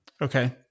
Okay